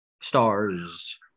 Stars